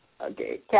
Okay